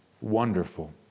wonderful